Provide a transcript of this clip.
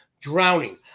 drowning